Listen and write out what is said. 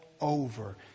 over